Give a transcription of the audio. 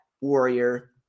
Warrior